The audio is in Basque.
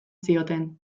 zioten